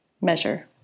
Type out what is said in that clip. measure